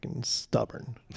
stubborn